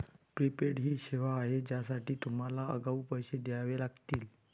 prepaid ही सेवा आहे ज्यासाठी तुम्हाला आगाऊ पैसे द्यावे लागतील